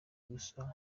ubusa